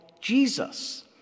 Jesus